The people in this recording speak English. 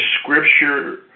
scripture